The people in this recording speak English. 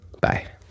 Bye